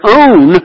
own